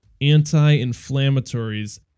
anti-inflammatories